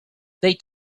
they